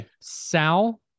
Sal